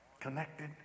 connected